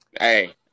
Hey